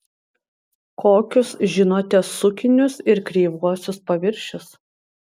kokius žinote sukinius ir kreivuosius paviršius